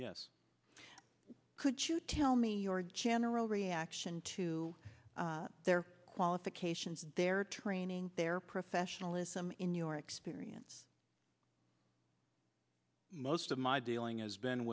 yes could you tell me your general reaction to their qualifications their training their professionalism in your experience most of my dealing as been